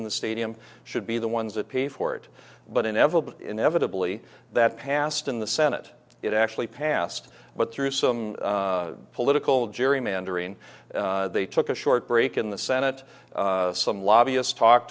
in the stadium should be the ones that pay for it but inevitably inevitably that passed in the senate it actually passed but through some political gerrymandering they took a short break in the senate some lobbyist talk